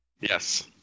Yes